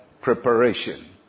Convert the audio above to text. preparation